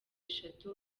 eshatu